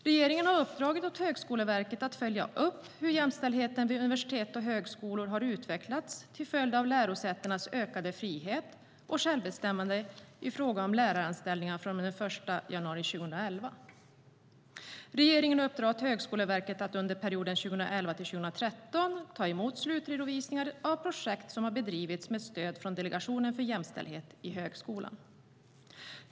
Regeringen har uppdragit åt Högskoleverket att följa upp hur jämställdheten vid universitet och högskolor har utvecklats till följd av lärosätenas ökade frihet och självbestämmande i fråga om läraranställningar från och med den 1 januari 2011. Regeringen uppdrar åt Högskoleverket att under perioden 2011-2013 ta emot slutredovisningar av projekt som har bedrivits med stöd från Delegationen för jämställdhet i högskolan.